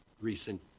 recent